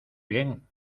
bien